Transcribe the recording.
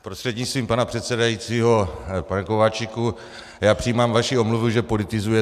Prostřednictvím pana předsedajícího pane Kováčiku, já přijímám vaši omluvu, že politizujete.